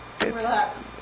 relax